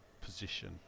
position